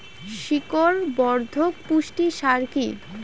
শিকড় বর্ধক পুষ্টি সার কি?